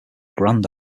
grand